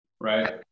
right